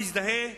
מזדהה,